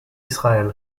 israël